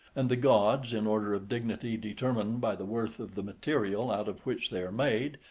and the gods, in order of dignity determined by the worth of the material out of which they are made,